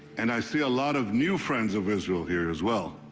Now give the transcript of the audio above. and i see a lot of new friends of israel here as well,